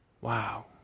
Wow